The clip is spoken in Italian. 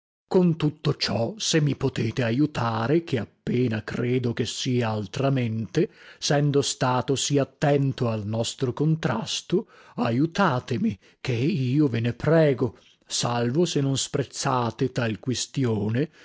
con tutto ciò se mi potete aiutare che appena credo che sia altramente sendo stato sì attento al nostro contrasto aiutatemi ché io ve ne prego salvo se non sprezzate tal quistione